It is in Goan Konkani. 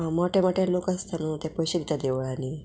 मोटे मोटे लोक आसता न्हू ते पयशे दिता देवळांनी